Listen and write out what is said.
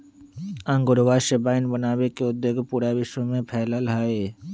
अंगूरवा से वाइन बनावे के उद्योग पूरा विश्व में फैल्ल हई